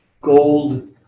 gold